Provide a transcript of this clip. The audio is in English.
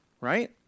Right